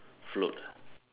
float ah